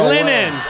Linen